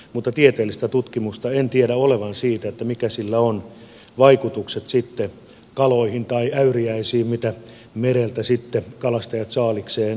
mutta tieteellistä tutkimusta en tiedä olevan siitä mitkä vaikutukset sillä on sitten kaloihin tai äyriäisiin mitä mereltä sitten kalastajat saaliikseen havittelevat